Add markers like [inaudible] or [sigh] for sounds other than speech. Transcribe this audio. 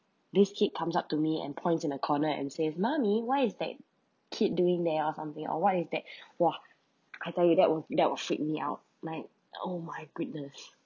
this kid comes up to me and points in a corner and says mummy what is that kid doing there or something or what is that [breath] !wah! I tell you that will that will freak me out like oh my goodness